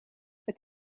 het